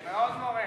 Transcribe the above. כן, מאוד מורשת.